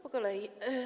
Po kolei.